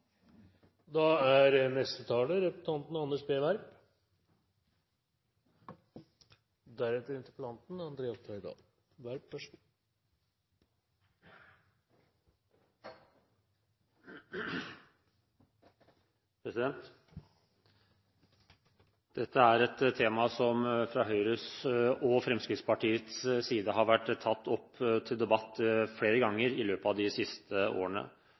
Dette er et tema som fra Høyres og Fremskrittspartiets side har vært tatt opp til debatt flere ganger i løpet av de siste årene.